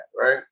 right